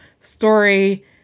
story